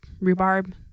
rhubarb